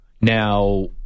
Now